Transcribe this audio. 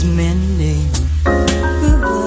mending